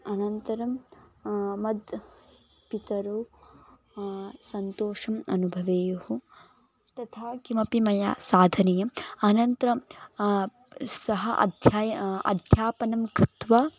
अनन्तरं मत् पितरौ सन्तोषम् अनुभवेयुः तथा किमपि मया साधनीयम् अनन्तरं सः अध्यायम् अध्यापनं कृत्वा